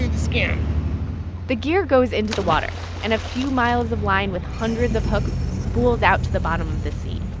and skin the gear goes into the water and a few miles of line with hundreds of hooks spools out to the bottom of the sea.